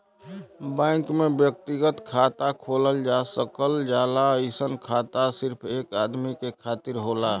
bank में व्यक्तिगत खाता खोलल जा सकल जाला अइसन खाता सिर्फ एक आदमी के खातिर होला